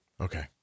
okay